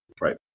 Right